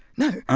no.